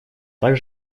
так